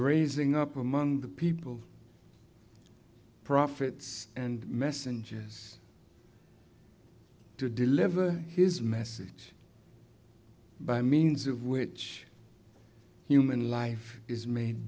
raising up among the people prophets and messengers to deliver his message by means of which human life is made